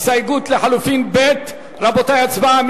הסתייגות לחלופין (ב) רבותי, הצבעה.